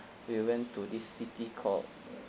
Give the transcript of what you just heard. we went to this city called